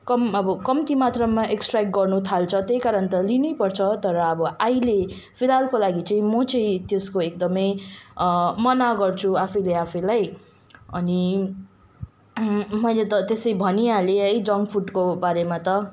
कम अब कम्ती मात्रामा एक्स्ट्र्याक्ट गर्नुथाल्छ त्यही कारण त लिनैपर्छ तर अब अहिले फिलहालको लागि चाहिँ म चाहिँ त्यसको एकदमै मनाही गर्छु आफैले आफैलाई अनि मैले त त्यसै भनिहालेँ है जङ्क फुडको बारेमा त